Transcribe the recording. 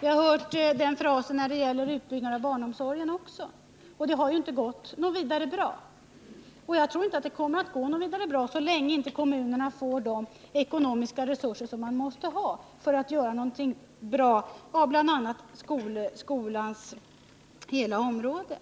Vi har också hört den frasen när det gäller utbyggnaden av barnomsorgen. Men det har ju inte gått så särskilt bra, och jag tror inte heller att det kommer att gå särskilt fint så länge kommunerna inte får de ekonomiska resurser som behövs för att man skall kunna göra någonting bra på bl.a. hela skolområdet.